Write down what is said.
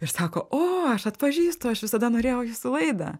ir sako o aš atpažįstu aš visada norėjau į jūsų laidą